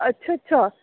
ਅੱਛਾ ਅੱਛਾ